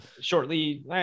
shortly